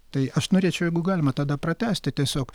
tai aš norėčiau jeigu galima tada pratęsti tiesiog